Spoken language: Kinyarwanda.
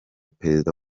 perezida